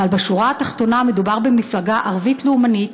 אבל בשורה התחתונה מדובר במפלגה ערבית לאומנית.